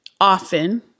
often